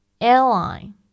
Airline